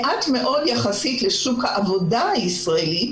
מעט מאוד לשוק העבודה הישראלי.